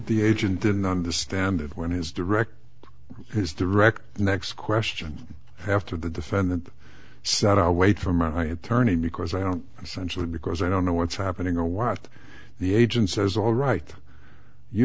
the agent didn't understand it when his direct his direct next question after the defendant said i'll wait for my attorney because i don't sense that because i don't know what's happening or what the agent says alright you